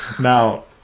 Now